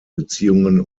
beziehungen